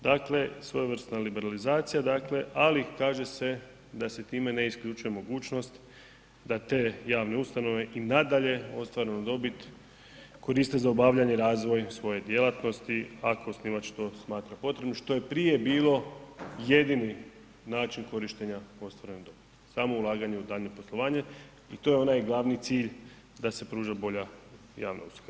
Dakle svojevrsna liberalizacija ali kaže se da se time ne isključuje mogućnost da te javne ustanove i nadalje ostvarenu dobit koriste za obavljanje razvoja svoje djelatnosti ako osnivač to smatra potrebnim što je prije bilo jedini način korištenja ostvarene dobiti, samo ulaganje u daljnje poslovanje i to je onaj glavni cilj da se pruža bolja javna usluga.